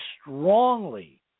strongly